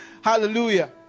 Hallelujah